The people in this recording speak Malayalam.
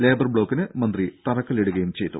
ലേബർ ബ്ലോക്കിന് മന്ത്രി തറക്കല്ലിടുകയും ചെയ്തു